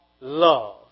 love